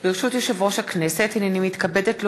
ברשות יושב-ראש הכנסת, הנני מתכבדת להודיעכם,